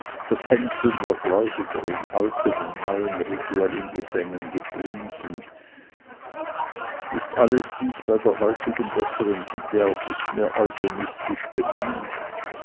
das hänseln der gläubiger in alten und neuen rituellen gesängen gepriesen ist alles dies bei der heutigen besseren sitte auch mehr euphemistisch gemeint